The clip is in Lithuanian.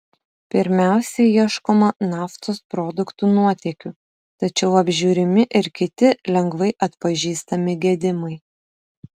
pirmiausia ieškoma naftos produktų nuotėkių tačiau apžiūrimi ir kiti lengvai atpažįstami gedimai